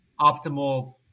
optimal